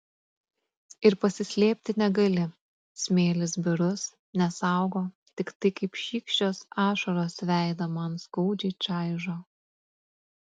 ir pasislėpti negali smėlis birus nesaugo tiktai kaip šykščios ašaros veidą man skaudžiai čaižo